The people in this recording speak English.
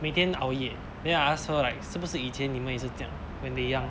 每天熬夜 they I ask her like 是不是以前你们也是这样 when they young